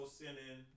sending